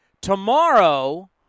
Tomorrow